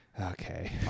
okay